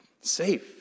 safe